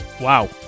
Wow